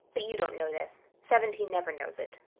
but you don't know this. seventeen never knows it.